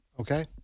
Okay